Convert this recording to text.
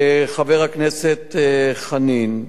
חבר הכנסת חנין,